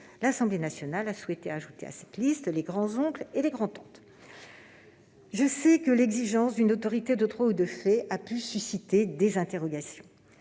L'Assemblée nationale a souhaité ajouter à cette liste les grands-oncles et les grands-tantes. Je sais que l'exigence d'une autorité de droit ou de fait a pu susciter des interrogations.